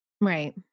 Right